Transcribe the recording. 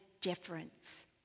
difference